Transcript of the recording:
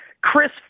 Chris